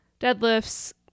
deadlifts